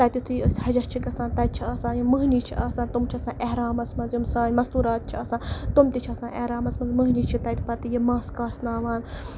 تَتہِ یُتھُے أسۍ حَجَس چھِ گژھان تَتہِ چھِ آسان یِم مٔہنو چھِ آسان تٕم چھِ آسان احرامَس منٛز یِم سانہِ مَستوٗرات چھِ آسان تٕم تہِ چھِ آسان احرامَس منٛز مٔہنِو چھِ تَتہِ پَتہٕ یہِ مَس کاسناوان